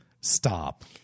Stop